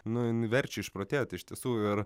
nu jin verčia išprotėt iš tiesų ir